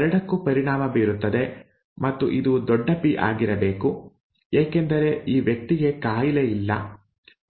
ಇವೆರಡಕ್ಕೂ ಪರಿಣಾಮ ಬೀರುತ್ತದೆ ಮತ್ತು ಇದು ದೊಡ್ಡ ಪಿ ಆಗಿರಬೇಕು ಏಕೆಂದರೆ ಈ ವ್ಯಕ್ತಿಗೆ ಕಾಯಿಲೆ ಇಲ್ಲ